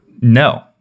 No